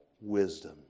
wisdom